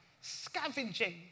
Scavenging